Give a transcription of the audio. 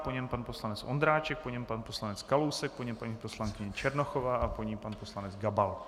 Po něm pan poslanec Ondráček, po něm pan poslanec Kalousek, po něm paní poslankyně Černochová a po ní pan poslanec Gabal.